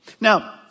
Now